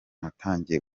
zatangiye